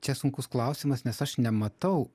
čia sunkus klausimas nes aš nematau